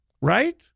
Right